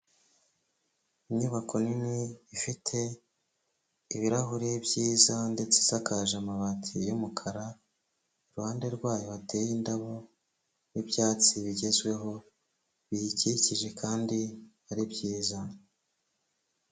Inyubako nini ifite ibirahuri byiza ndetse isakaje amabati y'umukara iruhande rwayo hateye indabo n'ibyatsi bigezweho biyikikije kandi ari byiza.